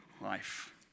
life